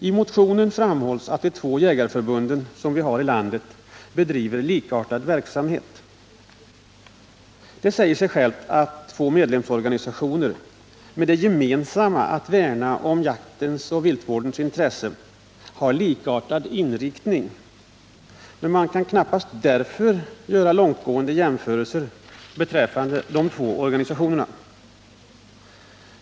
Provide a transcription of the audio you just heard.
I motionen framhålls att de två jägarförbunden som vi har i landet bedriver likartad verksamhet. Det säger sig självt att två medlemsorganisationer, med det gemensamma syftet att värna om jaktens och viltvårdens intresse, har likartad inriktning. Men man kan knappast därför göra långtgående jämförelser beträffande de två organisationerna.